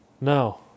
no